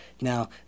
Now